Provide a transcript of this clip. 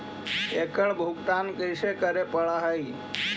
एकड़ भुगतान कैसे करे पड़हई?